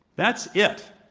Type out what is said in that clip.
that's it.